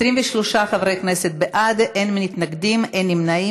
23 חברי כנסת בעד, אין מתנגדים, אין נמנעים.